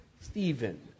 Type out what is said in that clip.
Stephen